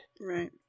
Right